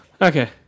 Okay